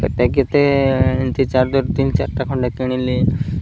କେତେ କେତେ ଏମିତି ଚାର୍ଜର୍ ତିନି ଚାରିଟା ଖଣ୍ଡେ କିଣିଲି